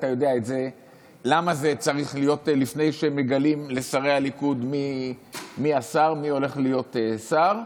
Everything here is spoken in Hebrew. אתה יודע למה זה צריך להיות לפני שמגלים לשרי הליכוד מי הולך להיות שר.